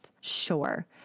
Sure